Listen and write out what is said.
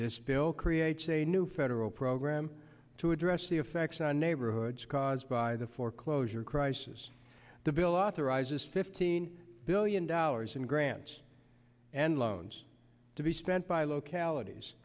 this bill creates a new federal program to address the effects on neighborhoods caused by the foreclosure crisis the bill authorizes fifteen billion dollars in grants and loans to be spent by localities